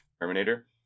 Terminator